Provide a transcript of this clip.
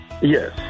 Yes